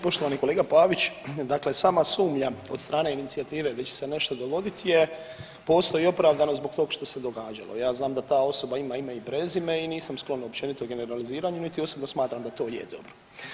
Poštovani kolega Pavić, dakle sama sumnja od strane inicijative gdje da će se nešto dogoditi je postoji opravdano zbog tog što se događalo, ja znam da ta osoba ima ime i prezime i nisam sklon općenito generaliziranju niti osobno smatram da to je dobro.